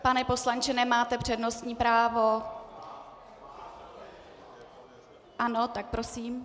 Pane poslanče, nemáte přednostní právo... ano, tak prosím.